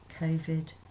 COVID